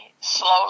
slowly